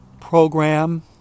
program